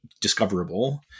discoverable